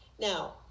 Now